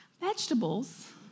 Vegetables